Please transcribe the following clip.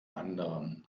anderen